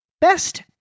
Best